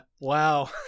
wow